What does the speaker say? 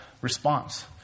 response